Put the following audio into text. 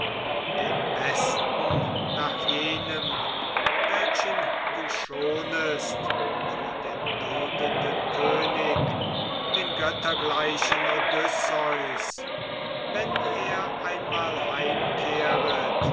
den besten nach jenem welchen du schonest für den duldenden könig den göttergleichen odysseus wenn er einmal heimkehret